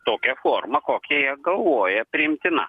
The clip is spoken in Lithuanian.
tokia forma kokia jie galvoja priimtina